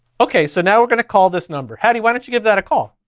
okay, so now we're gonna call this number. hattie why don't you give that a call?